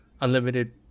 Unlimited